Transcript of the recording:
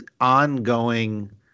ongoing